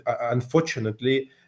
unfortunately